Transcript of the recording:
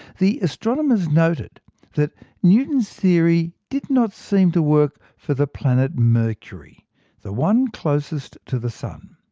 the astronomers noticed that newton's theory did not seem to work for the planet mercury the one closest to the sun.